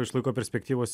iš laiko perspektyvos